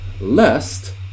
lest